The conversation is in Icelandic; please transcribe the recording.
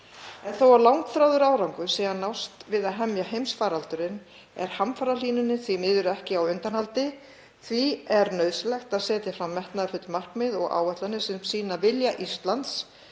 þó að langþráður árangur sé að nást við að hemja heimsfaraldurinn er hamfarahlýnunin því miður ekki á undanhaldi. Því er nauðsynlegt að setja fram metnaðarfull markmið og áætlanir sem sýna vilja Íslands